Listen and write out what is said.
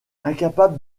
incapable